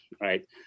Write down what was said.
right